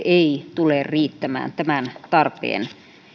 ei tule riittämään tämän tarpeen